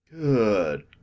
Good